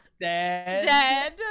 Dead